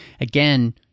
again